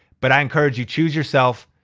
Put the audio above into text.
but i encourage you, choose yourself.